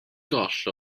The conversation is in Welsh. goll